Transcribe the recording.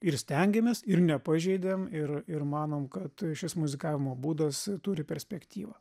ir stengėmės ir nepažeidėm ir ir manom kad šis muzikavimo būdas turi perspektyvą